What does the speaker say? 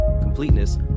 completeness